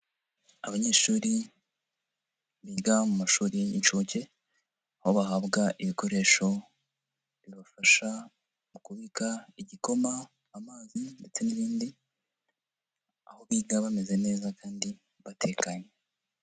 Abanyeshuri biga mu mashuri y'inshuke, aho bahabwa ibikoresho bibafasha mu kubika igikoma, amazi ndetse n'ibindi, aho biga bameze neza kandi batekanye.